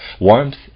Warmth